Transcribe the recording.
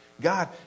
God